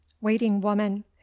waiting-woman